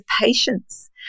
patience